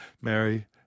Mary